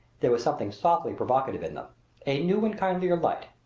there was something softly provocative in them a new and kinder light.